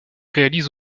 réalise